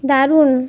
দারুণ